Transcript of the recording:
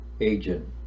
agent